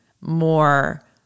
more